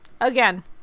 again